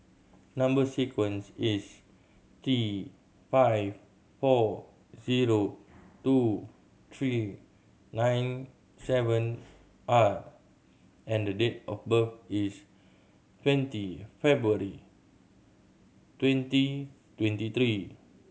number sequence is T five four zero two three nine seven R and date of birth is twenty February twenty twenty three